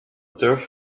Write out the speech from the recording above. turf